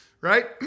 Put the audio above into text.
right